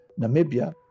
Namibia